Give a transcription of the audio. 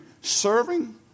serving